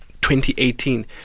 2018